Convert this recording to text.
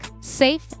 safe